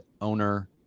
owner